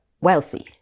wealthy